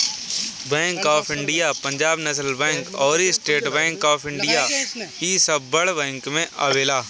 bank of India, Punjab national bank अउरी state bank of India इ सब बड़ बैंकन में आवेला